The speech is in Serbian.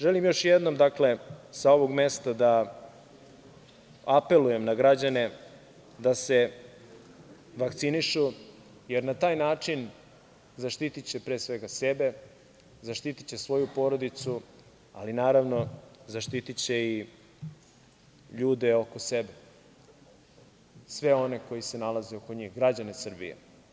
Želim još jednom sa ovog mesta da apelujem na građane da se vakcinišu, jer na taj način zaštitiće pre svega sebe, zaštitiće svoju porodicu, ali naravno zaštitiće i ljude oko sebe, sve one koji se nalaze oko njih, građane Srbije.